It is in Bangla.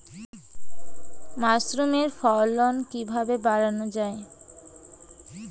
মাসরুমের ফলন কিভাবে বাড়ানো যায়?